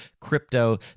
crypto